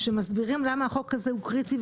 שמסבירים למה החוק הזה הוא קריטי.